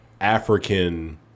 African